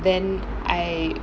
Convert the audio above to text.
then I